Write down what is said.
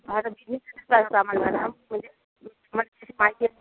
आता नेहमी तिथंच जायचं आम्हाला मॅडम म्हणजे आम्हाला त्याची माहिती हवी